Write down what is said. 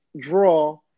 draw